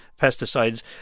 pesticides